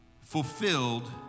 fulfilled